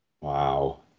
Wow